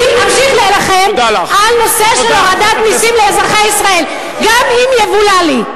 אני אמשיך להילחם על נושא של הורדת מסים לאזרחי ישראל גם אם יבולע לי.